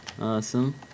Awesome